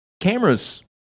cameras